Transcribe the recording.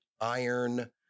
iron